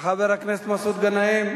חבר הכנסת מסעוד גנאים,